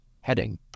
Heading